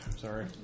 Sorry